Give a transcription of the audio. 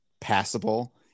passable